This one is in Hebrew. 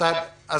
אני